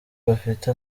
bafite